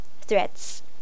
threats